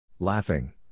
Laughing